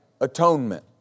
atonement